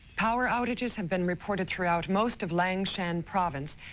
power outages have been reported throughout most of langshan province.